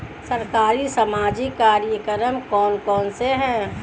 सरकारी सामाजिक कार्यक्रम कौन कौन से हैं?